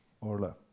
Orla